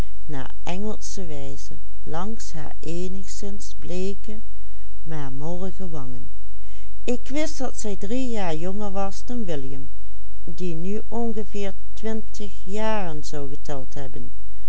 maar mollige wangen ik wist dat zij drie jaar jonger was dan william die nu ongeveer twintig jaren zou geteld hebben